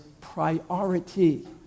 priority